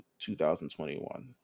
2021